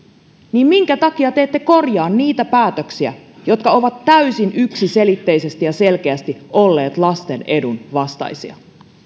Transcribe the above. niin minkä takia te ette korjaa niitä päätöksiä jotka ovat täysin yksiselitteisesti ja selkeästi olleet lasten edun vastaisia